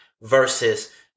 versus